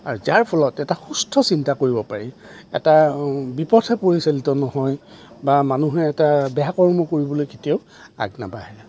আৰু যাৰ ফলত এটা সুস্থ চিন্তা কৰিব পাৰি এটা বিপথে পৰিচালিত নহয় বা মানুহে এটা বেয়া কৰ্ম কৰিবলৈ কেতিয়াও আগ নাবাঢ়ে